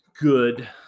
good